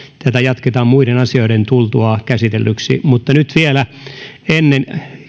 tätä jatketaan muiden asioiden tultua käsitellyksi mutta nyt vielä ennen